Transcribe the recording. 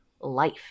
life